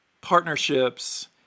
partnerships